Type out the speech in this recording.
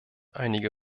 einige